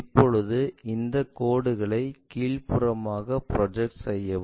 இப்பொழுது இந்த கோடுகளை கீழ்ப்புறமாக ப்ரொஜெக்ட் செய்யவும்